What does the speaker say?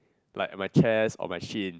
like my chest or my shin